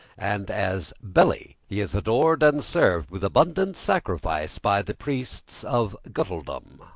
and as belly he is adored and served with abundant sacrifice by the priests of guttledom.